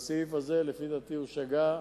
בסעיף הזה, לפי דעתי, הוא שגה.